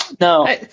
No